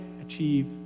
achieve